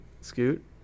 Scoot